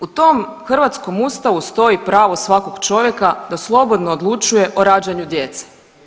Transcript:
U tom hrvatskom Ustavu stoji pravo svakog čovjeka da slobodno odlučuje o rađanju djece.